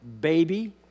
baby